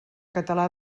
català